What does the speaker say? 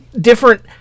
different